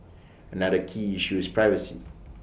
another key issue is privacy